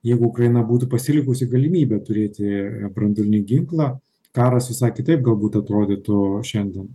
jeigu ukraina būtų pasilikusi galimybę turėti branduolinį ginklą karas visai kitaip galbūt atrodytų šiandien